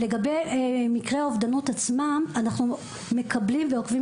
לגבי מקרי האובדנות עצמם - אנחנו מקבלים ועוקבים